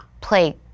play